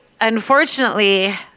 Unfortunately